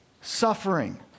suffering